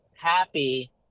happy